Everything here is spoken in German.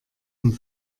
und